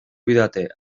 cuidate